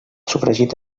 sofregit